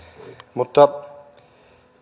mutta